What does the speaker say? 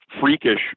freakish